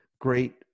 great